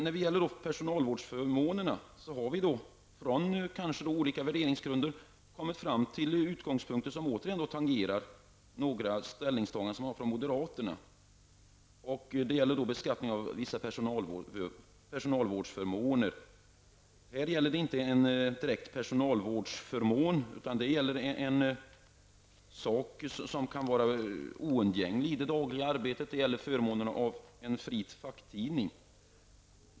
När det gäller personalvårdsförmånerna har vi från olika värderingsgrunder kommit fram till ståndpunkter som återigen tangerar ställningstaganden från moderaterna. Det gäller då beskattningen av vissa personalvårdsförmåner. Här gäller det inte en direkt personalvårdsförmån, utan det gäller en sak som kan vara oundgänglig i det dagliga arbetet, nämligen förmånen av en fri facktidning.